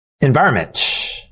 environment